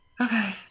Okay